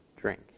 drink